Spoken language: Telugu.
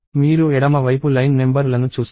మీరు ఎడమ వైపు లైన్ నెంబర్ లను చూస్తారు